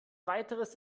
weiteres